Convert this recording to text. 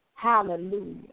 Hallelujah